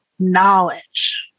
Knowledge